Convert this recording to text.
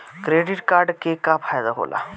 Credit card के का फायदा होला?